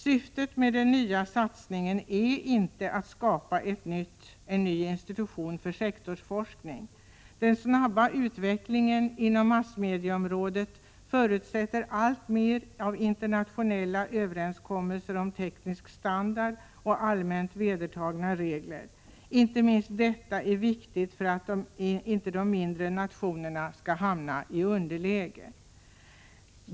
Syftet med den nya satsningen är inte att skapa en ny institution för sektorsforskning. Den snabba utvecklingen inom massmedieområdet förutsätter allt fler internationella överenskommelser om teknisk standard och allmänt vedertagna regler. Inte minst är detta viktigt för att inte mindre nationer skall hamna i underläge.